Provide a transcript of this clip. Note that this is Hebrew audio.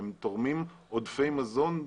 הם תורמים עודפי מזון.